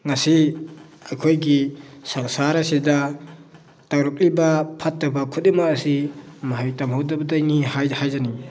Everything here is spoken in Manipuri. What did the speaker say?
ꯉꯁꯤ ꯑꯩꯈꯣꯏꯒꯤ ꯁꯪꯁꯥꯔ ꯑꯁꯤꯗ ꯇꯧꯔꯛꯂꯤꯕ ꯐꯠꯇꯕ ꯈꯨꯗꯤꯡꯃꯛ ꯑꯁꯤ ꯃꯍꯩ ꯇꯝꯍꯧꯗꯕꯗꯩꯅꯤ ꯍꯥꯏꯖꯅꯤꯡꯉꯤ